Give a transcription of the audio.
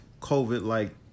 COVID-like